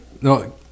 No